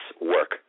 work